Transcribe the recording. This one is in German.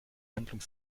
handlung